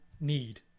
need